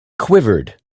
quivered